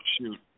shoot